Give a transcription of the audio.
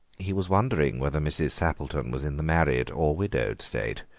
he was wondering whether mrs. sappleton was in the married or widowed state.